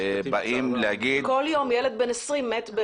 באים להגיד -- כל יום ילד בן 20 מת.